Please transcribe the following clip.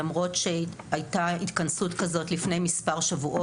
זאת למרות שהייתה התכנסות כזאת לפני כשישה